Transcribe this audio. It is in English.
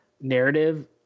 narrative